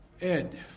Ed